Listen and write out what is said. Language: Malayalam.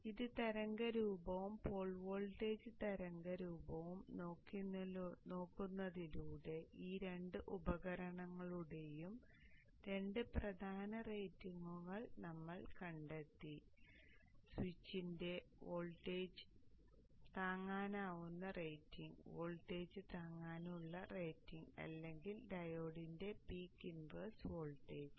അതിനാൽ ഇത് തരംഗരൂപവും പോൾ വോൾട്ടേജ് തരംഗരൂപവും നോക്കുന്നതിലൂടെ ഈ രണ്ട് ഉപകരണങ്ങളുടെയും രണ്ട് പ്രധാന റേറ്റിംഗുകൾ നമ്മൾ കണ്ടെത്തി സ്വിച്ചിന്റെ വോൾട്ടേജ് താങ്ങാനാവുന്ന റേറ്റിംഗ് വോൾട്ടേജ് താങ്ങാനുള്ള റേറ്റിംഗ് അല്ലെങ്കിൽ ഡയോഡിന്റെ പീക്ക് ഇൻവേഴ്സ് വോൾട്ടേജ്